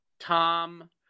Tom